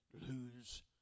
lose